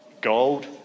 gold